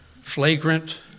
flagrant